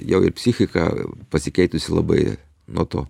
jau ir psichika pasikeitusi labai nuo to